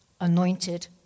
anointed